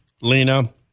Lena